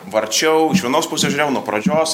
varčiau iš vienos pusės žiūrėjau nuo pradžios